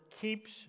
keeps